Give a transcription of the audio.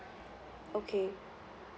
okay